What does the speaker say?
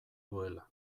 duela